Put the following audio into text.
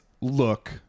look